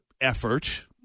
effort